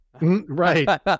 Right